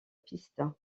piste